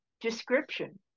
description